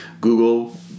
Google